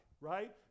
Right